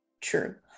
True